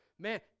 Man